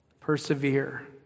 Persevere